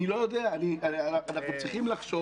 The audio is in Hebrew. אני לא יודע, אנחנו צריכים לחשוב.